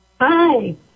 Hi